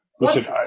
Listen